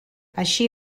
així